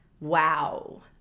wow